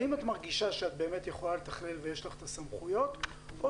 האם את מרגישה שאת באמת יכולה לתכלל ויש לך את הסמכויות או